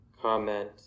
comment